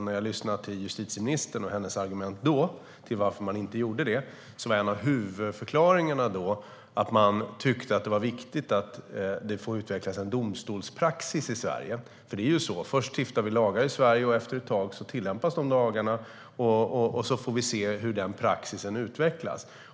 När jag lyssnade till justitieministern då och hennes argument till varför man inte gjorde det var en av huvudförklaringarna att man tyckte att det var viktigt att en domstolspraxis får utvecklas i Sverige. Först stiftar vi lagar, och efter ett tag tillämpas de lagarna. Sedan får vi se hur praxisen utvecklas.